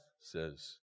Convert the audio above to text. says